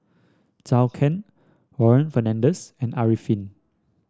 Zhou Can Warren Fernandez and Arifin